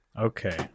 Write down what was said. Okay